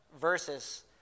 versus